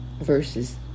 verses